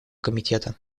комитета